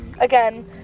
again